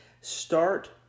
Start